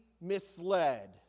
misled